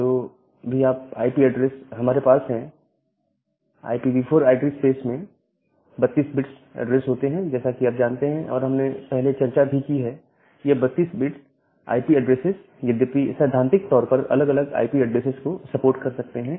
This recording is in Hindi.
जो भी आईपी ऐड्रेस हमारे पास है IPv4 ऐड्रेस स्पेस में 32 बिट्स ऐड्रेसेस होते हैं और जैसा कि आप जानते हैं और हमने पहले चर्चा भी की है यह 32 बिट्स आई पी ऐड्रेसेस यद्यपि सैद्धांतिक तौर पर अलग अलग आईपी ऐड्रेसेस को सपोर्ट कर सकते हैं